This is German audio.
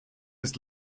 des